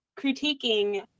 critiquing